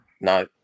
No